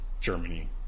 Germany